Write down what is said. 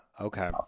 Okay